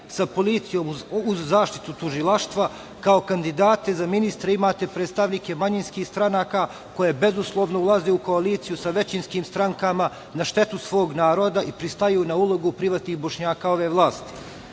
policijom, uz zaštitu tužilaštva, kao kandidate za ministre imate predstavnike manjinskih stranaka, koje bezuslovno ulaze u koaliciju sa većinskim strankama, na štetu svog naroda i pristaju na ulogu privatnih Bošnjaka ove